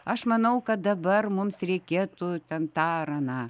aš manau kad dabar mums reikėtų ten tą ar aną